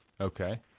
Okay